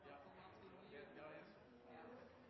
har fått